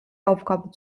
aufgabe